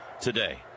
today